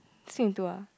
split in two ah